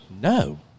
no